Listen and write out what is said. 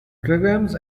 programs